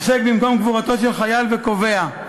עוסק במקום קבורתו של חייל וקובע: